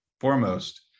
foremost